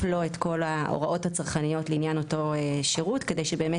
לו את כל ההוראות הצרכניות לעניין אתו שירות כדי שבאמת